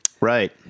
Right